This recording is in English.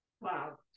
Wow